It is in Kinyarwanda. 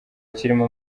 kirimo